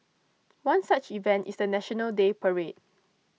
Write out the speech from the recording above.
one such event is the National Day parade